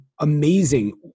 amazing